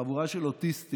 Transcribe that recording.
חבורה של אוטיסטים,